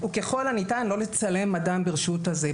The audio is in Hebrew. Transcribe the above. "וככל הניתן לא לצלם אדם ברשות היחיד".